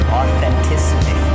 authenticity